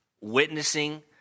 witnessing